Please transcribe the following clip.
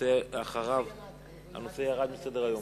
הנושא ירד מסדר-היום.